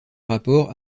rapports